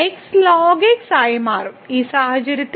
x lnx ആയി മാറും ഈ സാഹചര്യത്തിൽ